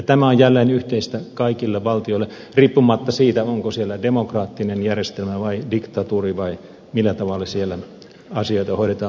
tämä on jälleen yhteistä kaikille valtioille riippumatta siitä onko siellä demokraattinen järjestelmä vai diktatuuri vai millä tavalla siellä asioita hoidetaan